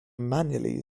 manually